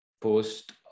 post